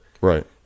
right